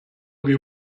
wir